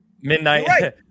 midnight